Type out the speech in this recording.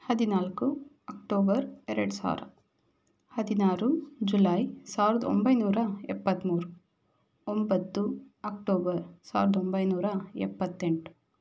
ಹದಿನಾಲ್ಕು ಅಕ್ಟೋಬರ್ ಎರಡು ಸಾವಿರ ಹದಿನಾರು ಜುಲೈ ಸಾವಿರದ ಒಂಬೈನೂರ ಎಪ್ಪತ್ತ್ಮೂರು ಒಂಬತ್ತು ಅಕ್ಟೋಬರ್ ಸಾವಿರದ ಒಂಬೈನೂರ ಎಪ್ಪತ್ತೆಂಟು